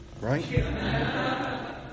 right